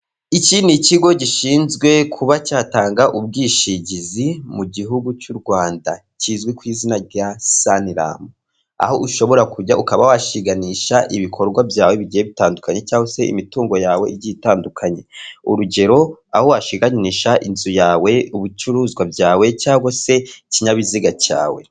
Iki ni kigo gishinzwe kuba cyatanga ubwishingizi mu gihugu cy'u Rwanda kizwi ku izina rya "saniramu," aho ushobora kujya ukaba washinganisha ibikorwa byawe bigiye bitandukanye cyangwa se imitungo yawe igiye itandukanye. Urugero aho washiganisha inzu yawe, ibicuruzwa byawe cyangwa se ikinyabiziga cyawe.